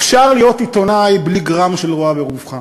אפשר להיות עיתונאי בלי גרם של רוע בגופך.